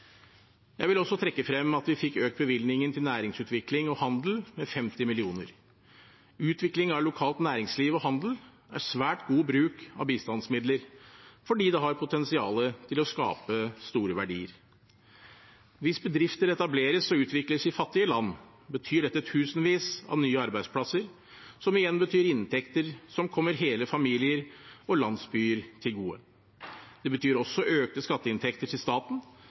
Jeg vil også trekke frem at vi fikk økt bevilgningen til næringsutvikling og handel med 50 mill. kr. Utvikling av lokalt næringsliv og handel er svært god bruk av bistandsmidler, fordi det har potensial til å skape store verdier. Hvis bedrifter etableres og utvikles i fattige land, betyr dette tusenvis av nye arbeidsplasser, som igjen betyr inntekter som kommer hele familier og landsbyer til gode. Det betyr også økte skatteinntekter til staten,